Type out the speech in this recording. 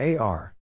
AR